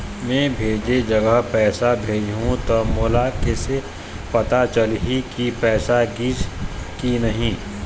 मैं भेजे जगह पैसा भेजहूं त मोला कैसे पता चलही की पैसा गिस कि नहीं?